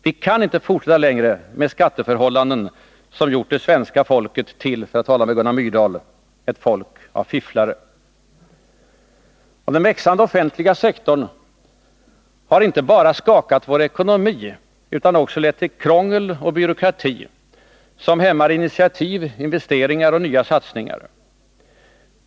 Vi kan inte fortsätta längre med skatteförhållanden som gjort det svenska folket till, för att tala med Gunnar Myrdal, ”ett folk av fifflare”. Den växande offentliga sektorn har inte bara skakat vår ekonomi utan lett till krångel och byråkrati, som hämmar initiativ, investeringar och nya satsningar.